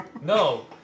No